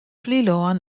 flylân